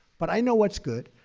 but i know what's good.